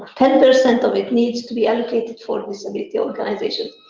ten percent of it needs to be allocated for disability organisations.